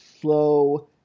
slow